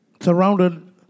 surrounded